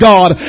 God